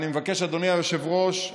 אדוני היושב-ראש,